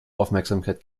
aufmerksamkeit